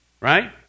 right